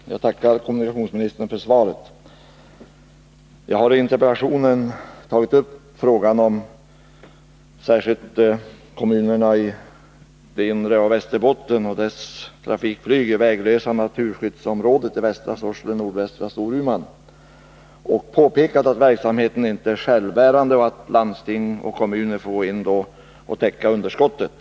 Herr talman! Jag tackar kommunikationsministern för svaret. Jag har i interpellationen tagit upp en fråga som berör särskilt kommunerna i det inre av Västerbotten och som gäller trafikflyget i det väglösa naturskyddsområdet i västra Sorsele och nordvästra Storuman. Jag har därvid påpekat att flygverksamheten där inte är självbärande och att landsting och kommuner får gå in och täcka underskottet.